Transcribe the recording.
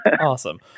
Awesome